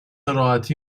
راحتی